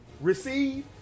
receive